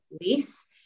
lease